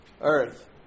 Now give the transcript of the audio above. earth